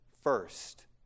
first